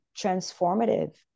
transformative